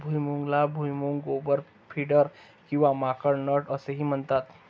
भुईमुगाला भुईमूग, गोबर, पिंडर किंवा माकड नट असेही म्हणतात